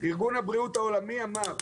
אז ארגון הבריאות העולמי אמר,